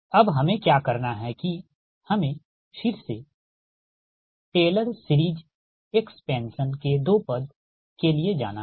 अब हमें क्या करना है कि हमें फिर से टेलर सीरिज़ एक्सपेंशन के दो पद के लिए जाना है